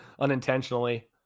unintentionally